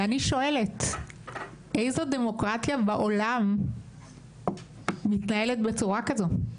ואני שואלת איזו דמוקרטיה בעולם מתנהגת בצורה הזו?